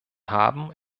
haben